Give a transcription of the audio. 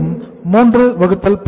மீண்டும் 312